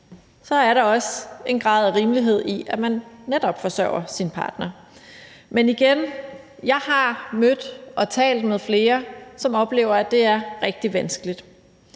så er der også en grad af rimelighed i, at man netop forsørger sin partner. Men igen, jeg har mødt og talt med flere, som oplever, at det er rigtig vanskeligt.